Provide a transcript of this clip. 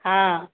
हँ